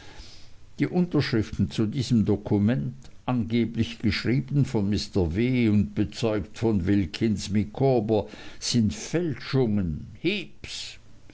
die unterschriften zu diesem dokument angeblich geschrieben von mr w und bezeugt von wilkins micawber sind fälschungen heeps